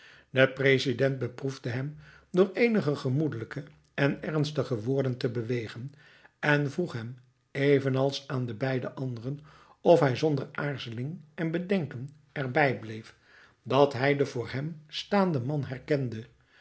de president beproefde hem door eenige gemoedelijke en ernstige woorden te bewegen en vroeg hem evenals aan de beide anderen of hij zonder aarzeling en bedenken er bij bleef dat hij den voor hem staanden man herkende